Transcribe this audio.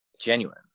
genuine